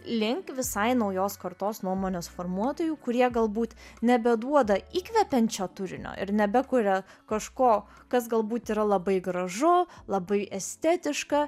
link visai naujos kartos nuomonės formuotojų kurie galbūt nebeduoda įkvepiančio turinio ir nebekuria kažko kas galbūt yra labai gražu labai estetiška